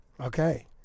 okay